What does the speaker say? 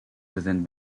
within